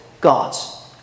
God's